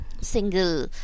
single